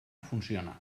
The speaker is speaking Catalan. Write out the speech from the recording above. funciona